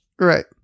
Right